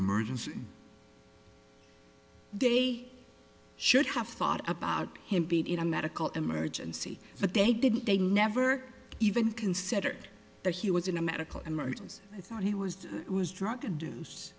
emergency they should have thought about him being in a medical emergency but they didn't they never even considered that he was in a medical emergency i thought he was it was dru